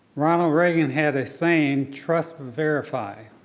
ronald reagan had a saying, trust but verify.